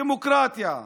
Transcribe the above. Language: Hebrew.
דמוקרטיה,